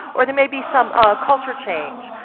or there may be some culture change.